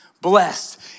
blessed